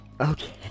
Okay